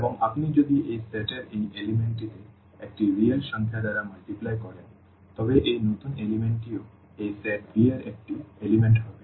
এবং আপনি যদি এই সেট এর এই উপাদানটিতে একটি রিয়েল সংখ্যা দ্বারা গুণ করেন তবে এই নতুন উপাদানটিও এই সেট V এর একটি উপাদান হবে